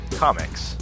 Comics